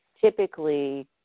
typically